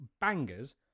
bangers